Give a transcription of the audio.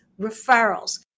referrals